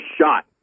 shot